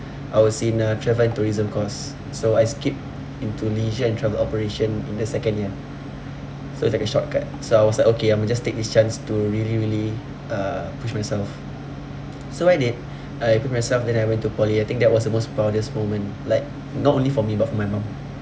I was in uh travel and tourism course so I skipped into leisure and travel operation in the second year so it's like a shortcut so I was like okay I am just take this chance to really really uh push myself so why did I put myself then I went to poly I think that was the most proudest moment like not only for me but my mum